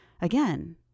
Again